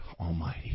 Almighty